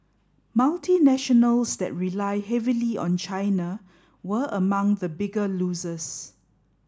multinationals that rely heavily on China were among the bigger losers